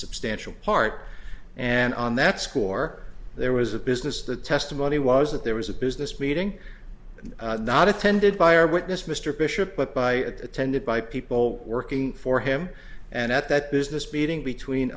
substantial part and on that score there was a business the testimony was that there was a business meeting and not attended by our witness mr bishop but by attended by people working for him and at that business meeting between